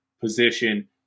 position